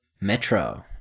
Metro